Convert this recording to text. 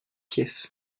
kiev